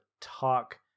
talk